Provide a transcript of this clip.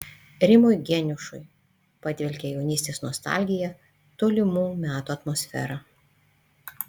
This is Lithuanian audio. rimui geniušui padvelkia jaunystės nostalgija tolimų metų atmosfera